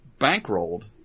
bankrolled